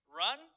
run